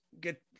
get